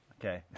Okay